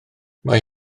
mae